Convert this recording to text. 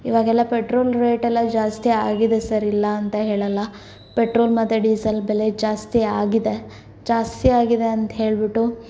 ಇವಾಗೆಲ್ಲ ಪೆಟ್ರೋಲ್ ರೇಟೆಲ್ಲ ಜಾಸ್ತಿ ಆಗಿದೆ ಸರ್ ಇಲ್ಲ ಅಂತ ಹೇಳಲ್ಲ ಪೆಟ್ರೋಲ್ ಮತ್ತೆ ಡಿಸೇಲ್ ಬೆಲೆ ಜಾಸ್ತಿ ಆಗಿದೆ ಜಾಸ್ತಿ ಆಗಿದೆ ಅಂತ ಹೇಳ್ಬಿಟ್ಟು